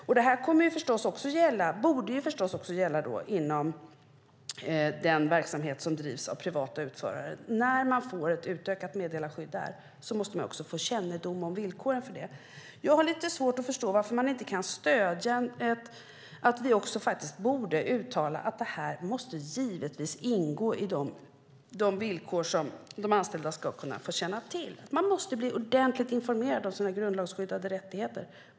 Detta borde förstås också gälla inom den verksamhet som drivs av privata utförare. När man får ett utökat meddelarskydd där måste man också få kännedom om villkoren för det. Jag har lite svårt att förstå varför man inte kan stödja att vi också borde uttala att detta givetvis ska ingå i de villkor som de anställda ska känna till. Man måste bli ordentligt informerad om sina grundlagsskyddade rättigheter.